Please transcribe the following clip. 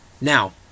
Now